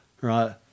right